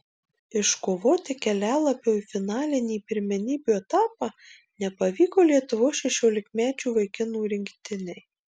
iškovoti kelialapio į finalinį pirmenybių etapą nepavyko lietuvos šešiolikmečių vaikinų rinktinei